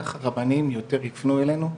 ככה רבנים יותר יפנו אלינו,